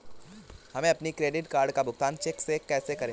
हम अपने credit card का भुगतान चेक से कैसे करें?